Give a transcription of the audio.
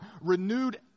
renewed